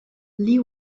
lee